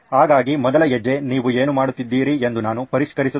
ಹಾಗಾಗಿ ಮೊದಲ ಹೆಜ್ಜೆ ನೀವು ಏನು ಮಾಡಿದ್ದೀರಿ ಎಂದು ನಾನು ಪರಿಷ್ಕರಿಸುತ್ತೇನೆ